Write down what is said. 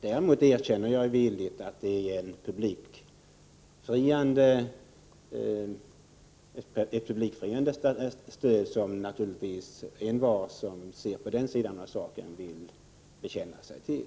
Däremot erkänner jag villigt att det är ett publikfriande stöd som naturligtvis envar som ser på den sidan av saken vill bekänna sig till.